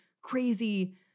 crazy